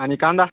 आणि कांदा